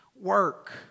work